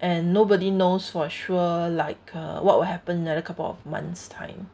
and nobody knows for sure like uh what will happen in a couple of months time